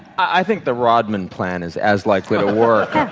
i think the rodman plan is as likely to work as